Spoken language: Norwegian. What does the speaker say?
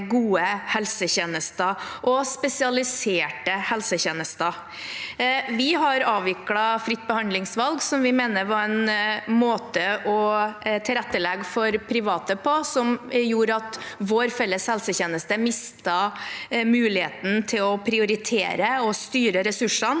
og spesialiserte helsetjenester. Vi har avviklet fritt behandlingsvalg, som vi mener var en måte å tilrettelegge for private på som gjorde at vår felles helsetjeneste mistet muligheten til å prioritere og styre ressursene.